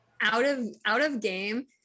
Out-of-out-of-game